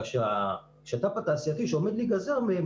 כאשר השת"פ התעשייתי שעומד להיגזר מהן,